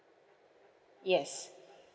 yes